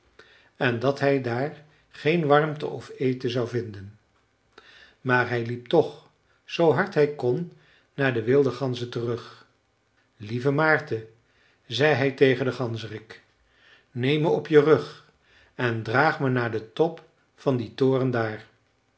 en dat hij daar geen warmte of eten zou vinden maar hij liep toch zoo hard hij kon naar de wilde ganzen terug lieve maarten zei hij tegen den ganzerik neem me op je rug en draag me naar den top van dien toren daar